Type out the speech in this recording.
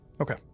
Okay